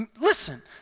Listen